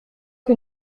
que